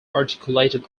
articulated